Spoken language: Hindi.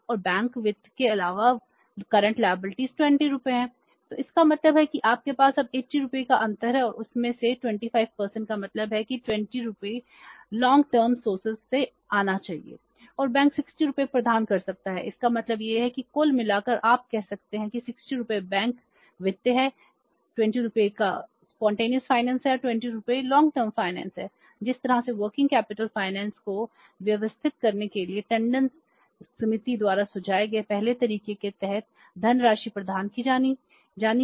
और बैंक 60 रुपये प्रदान कर सकता है इसका मतलब यह है कि कुल मिलाकर आप कह सकते हैं कि 60 रुपये बैंक वित्त है 20 रुपये एक स्पॉन्टेनियस फाइनेंस को व्यवस्थित करने के लिए टंडन समिति द्वारा सुझाए गए पहले तरीके के तहत धनराशि प्रदान की जानी है